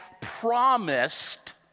promised